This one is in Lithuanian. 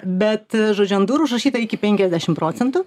bet žodžiu ant durų užrašyta iki penkiasdešimt procentų